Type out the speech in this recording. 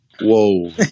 Whoa